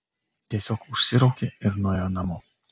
tiesiog užsiraukė ir nuėjo namo